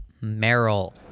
Merrill